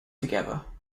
together